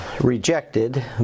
rejected